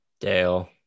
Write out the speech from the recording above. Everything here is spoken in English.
Dale